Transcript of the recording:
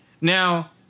Now